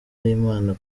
y’imana